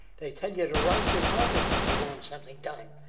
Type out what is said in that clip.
they tell ya, write your congressman if you want something done.